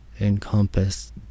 encompass